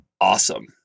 awesome